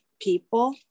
people